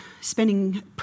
spending